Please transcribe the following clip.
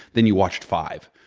then you watched five.